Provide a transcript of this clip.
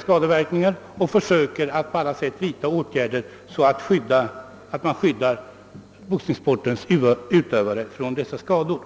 skadeverkningarna och försöker att på alla sätt vidta åtgärder för att skydda boxningssportens utövare från dessa skador.